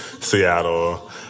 Seattle